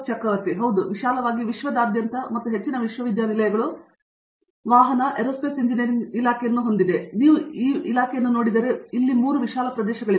R Chakravarti ಹೌದು ವಿಶಾಲವಾಗಿ ವಿಶ್ವದಾದ್ಯಂತ ಮತ್ತು ಹೆಚ್ಚಿನ ವಿಶ್ವವಿದ್ಯಾನಿಲಯಗಳು ವಾಹನ ಏರೋಸ್ಪೇಸ್ ಇಂಜಿನಿಯರಿಂಗ್ ಇಲಾಖೆಯನ್ನು ನೀವು ನೋಡಿದರೆ 3 ವಿಶಾಲ ಪ್ರದೇಶಗಳಿವೆ